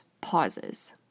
pauses